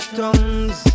tongues